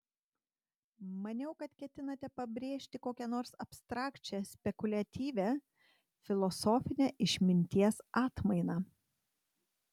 maniau kad ketinate pabrėžti kokią nors abstrakčią spekuliatyvią filosofinę išminties atmainą